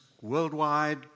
worldwide